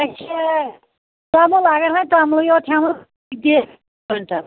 اَچھا توٚمُل اَگر وۅنۍ توٚمُلے یوت ہٮ۪مو سُہ کٍتِس گژھِ کۅینٛٹل